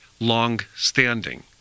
long-standing